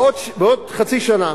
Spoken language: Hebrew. בעוד חצי שני,